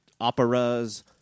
operas